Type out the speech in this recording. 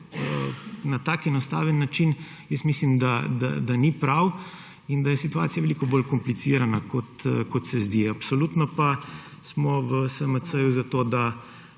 na tak enostaven način, jaz mislim, da ni prav in da je situacija veliko bolj komplicirana, kot se zdi. Absolutno pa smo v SMC za to, da